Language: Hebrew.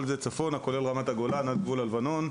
כל זה צפונה, כולל רמת הגולן עד גבול הלבנון.